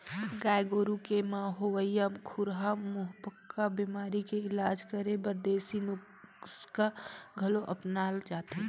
गाय गोरु के म होवइया खुरहा मुहंपका बेमारी के इलाज करे बर देसी नुक्सा घलो अपनाल जाथे